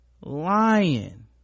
lion